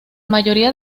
mayoría